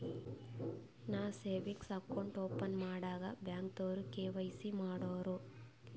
ನಾ savings account open ಮಾಡಾಗ್ ಬ್ಯಾಂಕ್ದವ್ರು ಕೆ.ವೈ.ಸಿ ಮಾಡೂರು